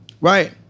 Right